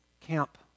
camp